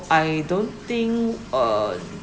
I don't think uh